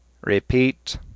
Repeat